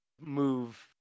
move –